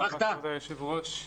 תודה, אדוני היושב-ראש.